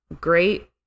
Great